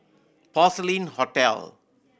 Porcelain Hotel